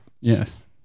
Yes